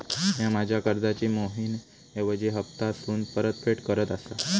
म्या माझ्या कर्जाची मैहिना ऐवजी हप्तासून परतफेड करत आसा